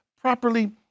properly